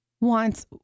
wants